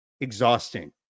exhausting